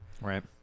Right